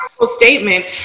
statement